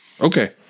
Okay